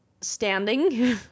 standing